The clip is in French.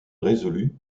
résolus